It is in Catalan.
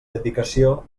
dedicació